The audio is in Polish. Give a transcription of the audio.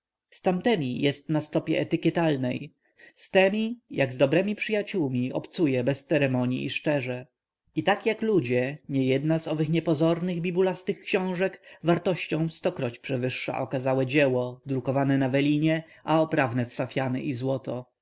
tamtemi jest na stopie etykietalnej z temi jak z dobrymi przyjaciółmi obcuje bez ceremonii i szczerze i tak jak ludzie niejedna z owych niepozornych bibulastych książek wartością stokroć przewyższa okazałe dzieła drukowane na welinie a oprawne w safiany i złoto